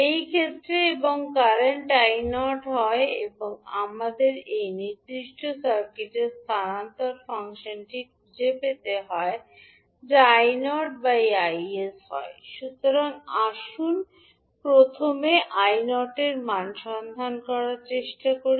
এই ক্ষেত্রে এবং কারেন্ট 𝐼0 হয় আমাদের এই নির্দিষ্ট সার্কিটের স্থানান্তর ফাংশনটি খুঁজে পেতে হয় যা 𝐼0 𝐼𝑠 হয় সুতরাং আসুন প্রথমে আসুন 𝐼0 এর মান সন্ধান করার চেষ্টা করি